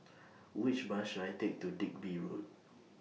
Which Bus should I Take to Digby Road